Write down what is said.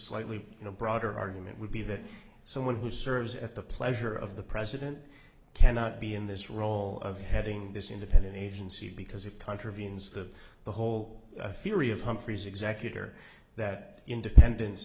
slightly you know broader argument would be that someone who serves at the pleasure of the president cannot be in this role of having this independent agency because it contravenes the the whole theory of humphrey's executor but independence